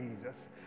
Jesus